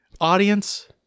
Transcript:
audience